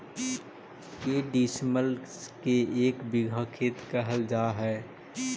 के डिसमिल के एक बिघा खेत कहल जा है?